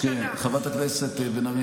חברת הכנסת מירב בן ארי,